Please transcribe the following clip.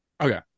okay